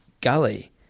gully